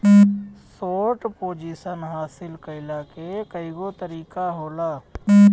short position हासिल कईला के कईगो तरीका होला